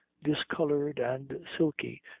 discoloured and silky,